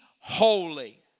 holy